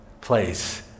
place